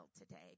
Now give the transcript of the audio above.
today